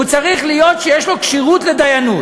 הוא צריך להיות, שיש לו כשירות לדיינות.